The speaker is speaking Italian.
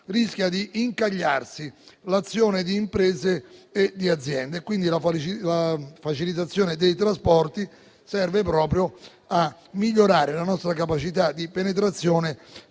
rischia di incagliarsi l'azione delle imprese e delle aziende. La facilitazione dei trasporti serve proprio a migliorare la nostra capacità di penetrazione